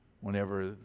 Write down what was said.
whenever